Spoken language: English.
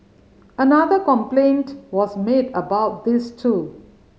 another complaint was made about this too